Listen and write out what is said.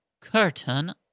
curtain